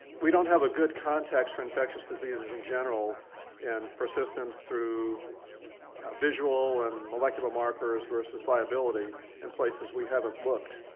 we don't have a good context for infectious diseases in general and persistence through visual and molecular markers versus viability in places we haven't looked